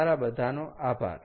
તમારા બધાનો આભાર